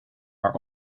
are